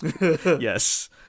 Yes